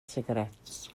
sigaréts